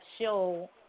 show